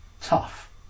tough